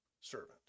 servant